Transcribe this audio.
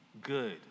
good